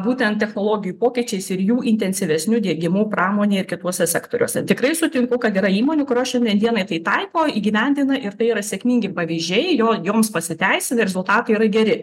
būtent technologijų pokyčiais ir jų intensyvesniu diegimu pramonėj ir kituose sektoriuose tikrai sutinku kad yra įmonių kurios šiandien dienai tai taiko įgyvendina ir tai yra sėkmingi pavyzdžiai jo joms pasiteisino rezultatai yra geri